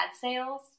sales